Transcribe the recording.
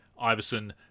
Iverson